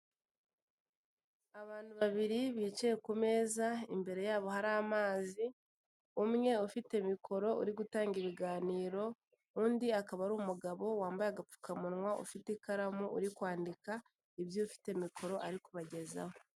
Abantu babiri bicaye ku meza imbere yabo hari amazi, umwe ufite mikoro uri gutanga ibiganiro, undi akaba ari umugabo wambaye agapfukamunwa ufite ikaramu uri kwandika ibyo ufite mikoro ari kubagezaho.